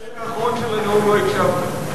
לחלק האחרון של הנאום לא הקשבתם.